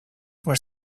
were